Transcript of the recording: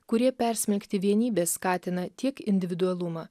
kurie persmelkti vienybės skatina tiek individualumą